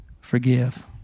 Forgive